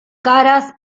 caras